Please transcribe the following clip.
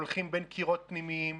הולכים בין קירות פנימיים,